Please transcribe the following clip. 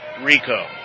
Rico